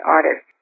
Artist